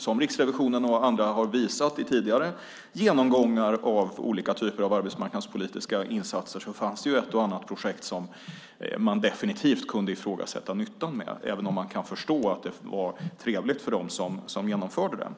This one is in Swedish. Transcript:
Som Riksrevisionen och andra visat vid tidigare genomgångar av olika typer av arbetsmarknadspolitiska insatser har det funnits ett och annat projekt vars nytta definitivt kunde ifrågasättas. Dock kan man förstå att det var trevligt för dem som genomförde insatsen.